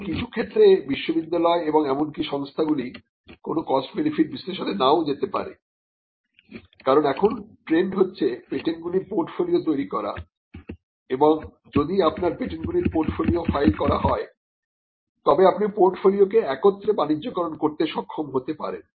এখন কিছু ক্ষেত্রে বিশ্ববিদ্যালয় এবং এমনকি সংস্থাগুলি কোন কস্ট বেনিফিট বিশ্লেষণে নাও যেতে পারে কারণ এখন ট্রেন্ড হচ্ছে পেটেন্টগুলির পোর্টফোলিও তৈরি করা এবং যদি আপনার পেটেন্টগুলির পোর্টফোলিও ফাইল করা হয় তবে আপনি পোর্টফোলিওকে একত্রে বাণিজ্যকরণ করতে সক্ষম হতে পারেন